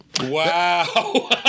Wow